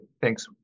Thanks